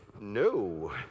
no